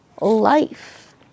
life